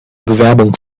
bewerbung